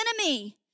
enemy